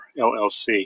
LLC